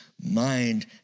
mind